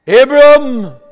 Abram